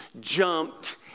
jumped